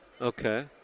Okay